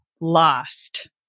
lost